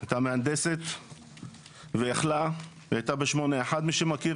היתה מהנדסת והיתה ב-81 מי שמכיר,